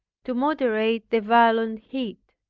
to moderate the violent heat.